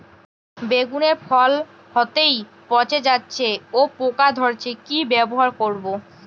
বেগুনের ফল হতেই পচে যাচ্ছে ও পোকা ধরছে কি ব্যবহার করব?